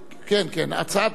כולל לוח התיקונים,